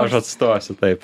aš atstosiu taip